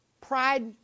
Pride